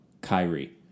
Kyrie